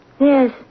Yes